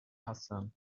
hassan